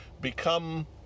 become